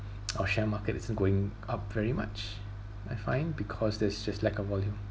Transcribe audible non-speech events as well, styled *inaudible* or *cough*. *breath* *noise* our share market isn't going up very much I find because there's just lack of volume